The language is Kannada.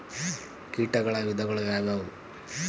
ಕೇಟಗಳ ವಿಧಗಳು ಯಾವುವು?